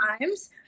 times